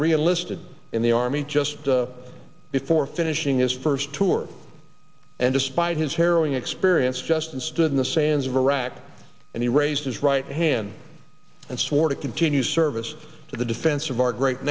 realistic in the army just before finishing his first tour and despite his harrowing experience just an stood in the sands of iraq and he raised his right hand and swore to continue service to the defense of our great